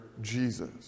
Jesus